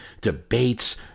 debates